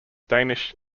danish